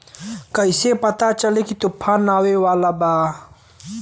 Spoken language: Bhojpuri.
कइसे पता चली की तूफान आवा वाला बा?